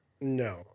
No